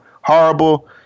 horrible